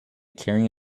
carrying